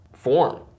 form